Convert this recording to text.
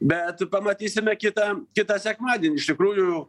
bet pamatysime kitą kitą sekmadienį iš tikrųjų